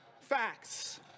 Facts